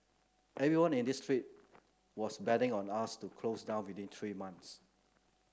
everyone in this street was betting on us to close down within three months